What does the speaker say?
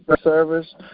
service